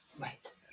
Right